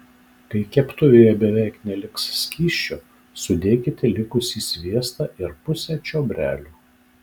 kai keptuvėje beveik neliks skysčio sudėkite likusį sviestą ir pusę čiobrelių